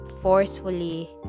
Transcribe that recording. forcefully